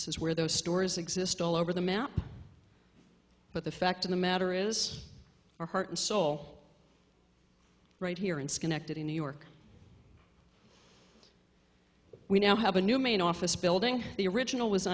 this is where those stores exist all over the map but the fact of the matter is our heart and soul right here in schenectady new york we now have a new main office building the original was